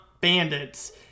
bandits